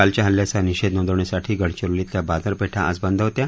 कालच्या हल्ल्याचा निषेध नोंदवण्यासाठी गडचिरोलीतल्या बाजारपेठा आज बंद होत्या